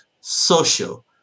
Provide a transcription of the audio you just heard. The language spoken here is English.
social